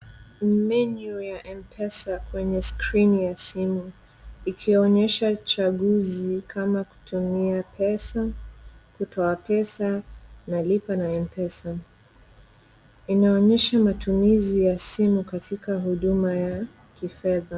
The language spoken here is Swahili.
Menyu ya Mpesa kwenye skrini ya simu ikionyesha chaguzi kama kutumia pesa, kutoa pesa na lipa na mpesa, inaonyesha matumizi ya simu katika huduma ya kifedha.